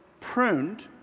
pruned